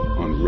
on